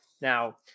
Now